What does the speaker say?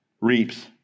reaps